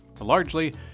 Largely